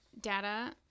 data